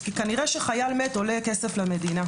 כי כנראה שחייל מת עולה כסף למדינה.